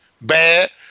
Bad